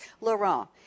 Laurent